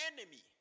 enemy